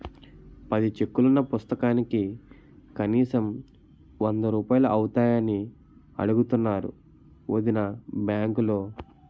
పది చెక్కులున్న పుస్తకానికి కనీసం వందరూపాయలు అవుతాయని అడుగుతున్నారు వొదినా బాంకులో